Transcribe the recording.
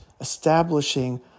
establishing